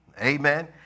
Amen